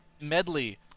medley